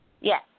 Yes